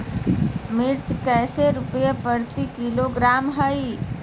मिर्च कैसे रुपए प्रति किलोग्राम है?